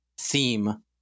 theme